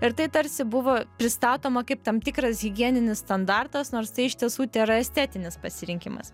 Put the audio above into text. ir tai tarsi buvo pristatoma kaip tam tikras higieninis standartas nors tai iš tiesų tėra estetinis pasirinkimas